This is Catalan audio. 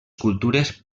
cultures